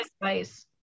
advice